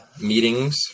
meetings